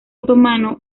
otomano